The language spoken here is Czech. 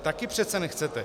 Taky přece nechcete.